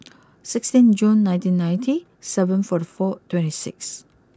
sixteen June nineteen ninety seven forty four twenty six